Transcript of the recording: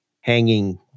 hanging